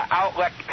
outlet